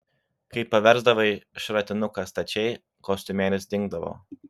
kai paversdavai šratinuką stačiai kostiumėlis dingdavo